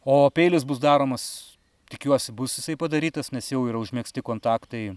o peilis bus daromas tikiuosi bus jisai padarytas nes jau yra užmegzti kontaktai